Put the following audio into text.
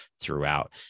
throughout